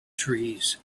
trees